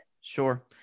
Sure